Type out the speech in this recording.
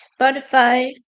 spotify